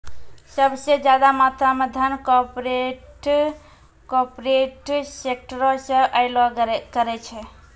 सभ से ज्यादा मात्रा मे धन कार्पोरेटे सेक्टरो से अयलो करे छै